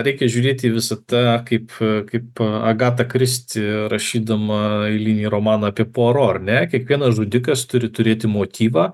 reikia žiūrėti į visą tą kaip kaip agata kristi rašydama eilinį romaną apie puaro ar ne kiekvienas žudikas turi turėti motyvą